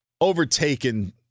overtaken